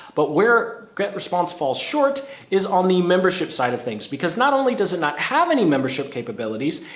but we're get response falls short is on the membership side of things, because not only does it not how many membership capabilities,